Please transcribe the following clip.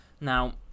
now